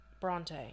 bronte